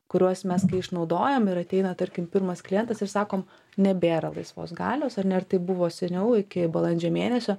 kuriuos mes išnaudojam ir ateina tarkim pirmas klientas ir sakom nebėra laisvos galios ar ne ir taip buvo seniau iki balandžio mėnesio